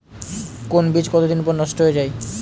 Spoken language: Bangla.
কোন বীজ কতদিন পর নষ্ট হয়ে য়ায়?